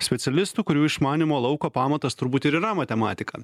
specialistų kurių išmanymo lauko pamatas turbūt ir yra matematika